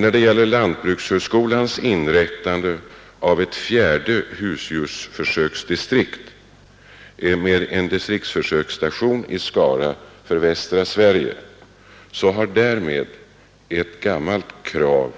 När det gäller lantbrukshögskolans inrättande av ett fjärde husdjursförsöksdistrikt med en distriktförsöksstation i Skara för västra Sverige har därmed ett gammalt krav